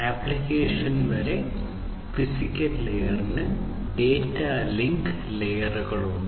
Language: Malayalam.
ആപ്ലിക്കേഷൻ വരെ ഫിസിക്കൽ ലെയറിന് ഡാറ്റ ലിങ്ക് ലെയർ ഉണ്ട്